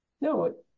No